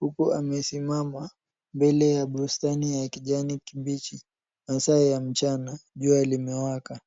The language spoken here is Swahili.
huku amesimama mbele ya bustani ya kijani kibichi. Masaa ya mchana, jua limewaka.